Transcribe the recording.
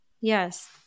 Yes